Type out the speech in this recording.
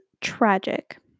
tragic